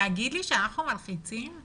להגיד לי שאנחנו מלחיצים?